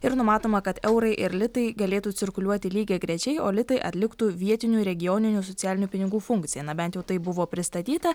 ir numatoma kad eurai ir litai galėtų cirkuliuoti lygiagrečiai o litai atliktų vietinių regioninių socialinių pinigų funkciją na bent jau taip buvo pristatyta